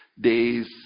days